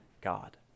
God